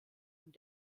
und